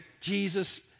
Jesus